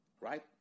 right